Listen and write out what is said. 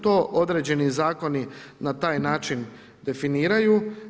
To određeni zakoni na taj način definiraju.